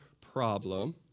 problem